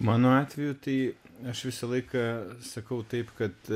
mano atveju tai aš visą laiką sakau taip kad